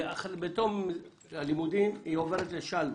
בתום הלימודים היא עוברת לשלווה.